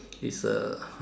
is uh